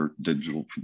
digital